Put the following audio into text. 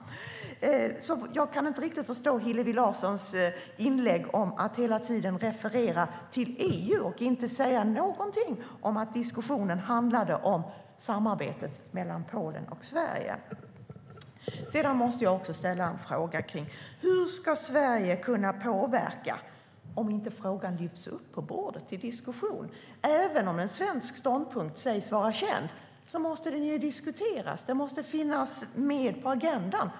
Jag kan därför inte riktigt förstå Hillevi Larssons inlägg där hon hela tiden refererar till EU och inte säger någonting om att diskussionen handlade om samarbetet mellan Polen och Sverige. Jag måste också ställa en fråga om hur Sverige ska kunna påverka om inte frågan lyfts upp på bordet till diskussion. Även om en svensk ståndpunkt sägs vara känd måste den ju diskuteras. Den måste finnas med på agendan.